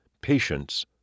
patience